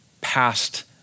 past